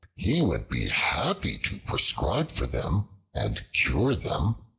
he would be happy to prescribe for them and cure them.